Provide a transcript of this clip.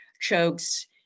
chokes